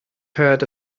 heard